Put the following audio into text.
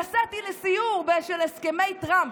נסעתי לסיור של הסכמי טראמפ,